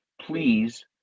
Please